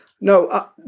no